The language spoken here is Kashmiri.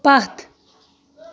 پتھ